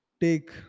take